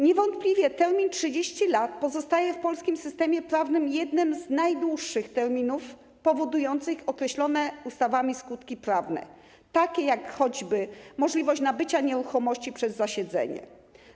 Niewątpliwie termin 30 lat pozostaje w polskim systemie prawnym jednym z najdłuższych terminów powodujących określone ustawami skutki prawne, takie jak choćby możliwość nabycia nieruchomości przez zasiedzenie.